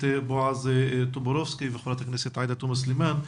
בועז טופורובסקי וחברת הכנסת עאידה תומא סלימאן.